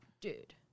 Dude